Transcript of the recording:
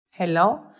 Hello